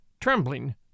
trembling